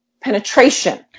Penetration